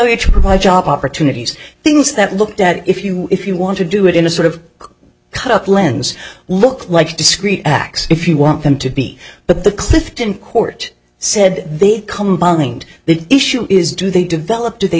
to provide job opportunities things that looked at if you if you want to do it in a sort of cut up lens look like a discrete x if you want them to be but the clifton court said they've combined the issue is do they develop do they